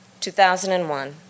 2001